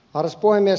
arvoisa puhemies